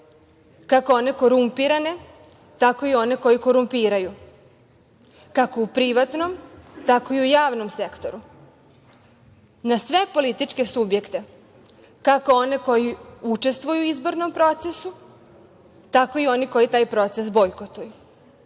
kako one korumpirane, tako i one koji korumpiraju, kako u privatnom, tako i u javnom sektoru, na sve političke subjekte, kako one koji učestvuju u izbornom procesu, tako i one koji taj proces bojkotuju.